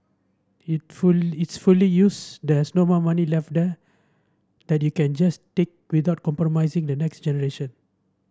it full it's fully used there's no more money left there that you can just take without compromising the next generation